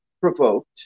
provoked